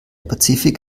pazifik